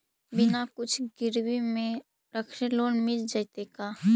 बिना कुछ गिरवी मे रखले लोन मिल जैतै का?